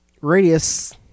Radius